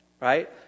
right